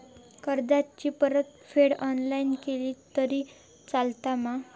कर्जाची परतफेड ऑनलाइन केली तरी चलता मा?